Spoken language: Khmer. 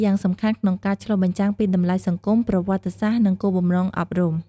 ឯកសណ្ឋានសាលារៀននៅកម្ពុជាមានតួនាទីយ៉ាងសំខាន់ក្នុងការឆ្លុះបញ្ចាំងពីតម្លៃសង្គម ប្រវត្តិសាស្ត្រ និងគោលបំណងអប់រំ។